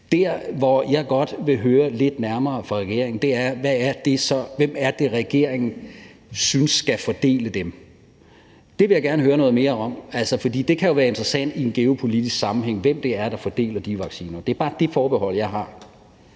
Det, jeg godt vil høre lidt nærmere fra regeringen, er, hvem regeringen synes skal fordele dem. Det vil jeg gerne høre noget mere om, for det kan jo være interessant i en geopolitisk sammenhæng, hvem det er, der fordeler de vacciner. Det er bare det forbehold, jeg har.